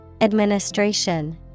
Administration